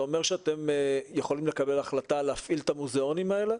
יכולים לקבל החלטה להפעיל את המוזיאונים האלה?